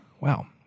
Wow